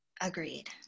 Agreed